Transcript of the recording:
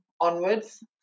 onwards